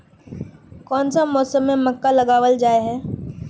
कोन सा मौसम में मक्का लगावल जाय है?